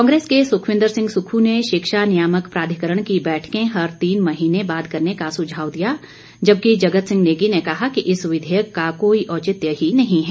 कांग्रेस के सुखविंद्र सिंह सुक्खू ने शिक्षा नियामक प्राधिकरण की बैठकें हर तीन महीने बाद करने का सुझाव दिया जबकि जगत सिंह नेगी ने कहा कि इस विधेयक का कोई औचित्य ही नहीं है